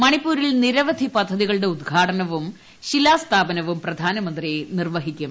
മണിപ്പൂരിൽ നിരവധി സംസ്ഥനങ്ങൾ പദ്ധതികളുടെ ഉദ്ഘാടനവും ശിലാസ്ഥാപനവും പ്രധാനമന്ത്രി നിർവഹിക്കും